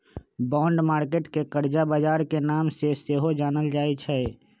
bond market के करजा बजार के नाम से सेहो जानल जाइ छइ